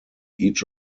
each